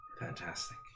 Fantastic